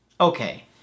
Okay